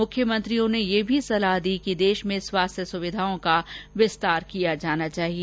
मुख्यमंत्रियों ने यह भी सलाह दी कि देश में स्वास्थ्य सुविधाओं का विस्तार किया जाना चाहिए